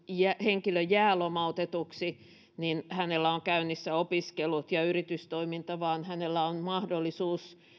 henkilö jää lomautetuksi hänellä on käynnissä opiskelut ja yritystoiminta vaan hänellä on mahdollisuus